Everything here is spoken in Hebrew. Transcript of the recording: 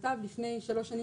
כתבה לפני שלוש שנים,